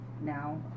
now